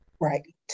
Right